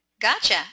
Gotcha